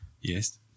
yes